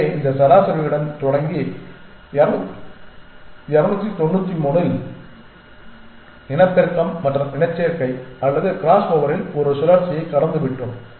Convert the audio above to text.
எனவே இந்த சராசரியுடன் தொடங்கி 293 இல் இனப்பெருக்கம் மற்றும் இனச்சேர்க்கை அல்லது கிராஸ்ஓவரில் ஒரு சுழற்சியைக் கடந்துவிட்டோம்